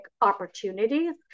opportunities